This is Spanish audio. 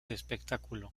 espectáculo